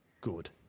good